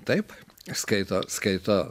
taip skaito skaito